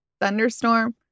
Thunderstorm